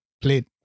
played